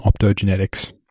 optogenetics